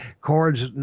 chords